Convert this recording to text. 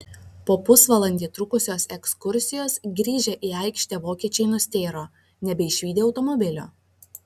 po pusvalandį trukusios ekskursijos grįžę į aikštelę vokiečiai nustėro nebeišvydę automobilio